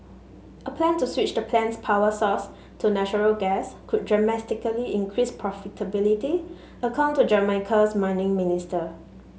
a plan to switch the plant's power source to natural gas could dramatically increase profitability according to Jamaica's mining minister